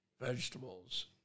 vegetables